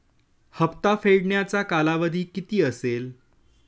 हप्ता फेडण्याचा कालावधी किती असेल?